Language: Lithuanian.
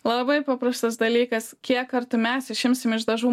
labai paprastas dalykas kiek kartų mes išimsim iš dažų